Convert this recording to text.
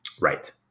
Right